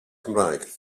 cymraeg